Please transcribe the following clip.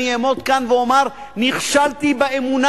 אני אעמוד כאן ואומר: נכשלתי באמונה